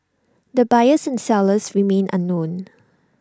the buyers and sellers remain unknown